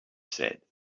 said